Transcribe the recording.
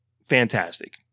fantastic